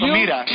mira